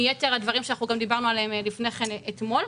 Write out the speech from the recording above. מיתר הדברים שאנחנו גם דיברנו עליהם לפני כן אתמול.